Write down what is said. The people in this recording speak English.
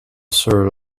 sir